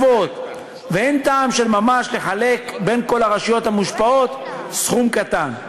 ואין טעם של ממש לחלק בין כל הרשויות המושפעות סכום קטן.